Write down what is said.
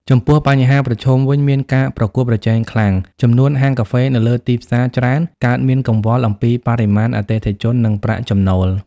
ចំពោះបញ្ហាប្រឈមវិញមានការប្រកួតប្រជែងខ្លាំង ចំនួនហាងកាហ្វេលើទីផ្សារច្រើន កើតមានកង្វល់អំពីបរិមាណអតិថិជន និងប្រាក់ចំណូល។